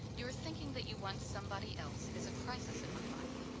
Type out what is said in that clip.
you're thinking that you want somebody else as a crisis in my life.